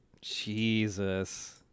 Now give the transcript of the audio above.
Jesus